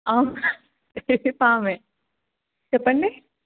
అవునా ఆమె చెప్పండి